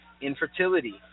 infertility